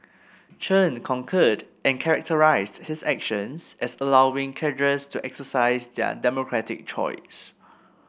Chen concurred and characterised his actions as allowing cadres to exercise their democratic choice